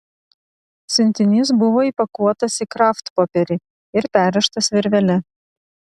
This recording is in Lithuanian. siuntinys buvo įpakuotas į kraftpopierį ir perrištas virvele